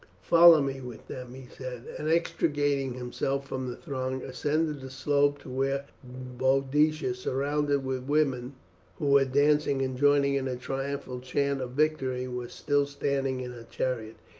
follow me with them, he said, and, extricating himself from the throng, ascended the slope to where boadicea, surrounded with women who were dancing and joining in a triumphant chant of victory, was still standing in her chariot.